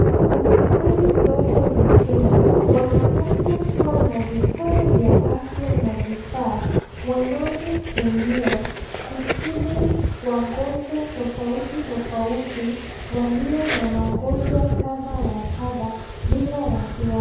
Hospitali zote nchini wanapaswa kuwa na vifaa vya afya na vifaa wanavyotumia, kutibu wagonjwa tofauti tofauti walio na magonjwa kadha wa kadha bila wasi wasi.